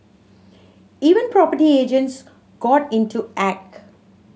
even property agents got into act